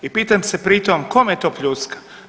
I pitam se pritom kome je to pljuska?